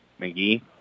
McGee